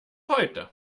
heute